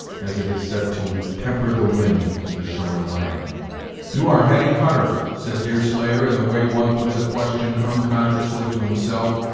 as it is said to temper the wind to the shorn lamb you are hetty hutter, said deerslayer, in the way one puts a question unconsciously to himself,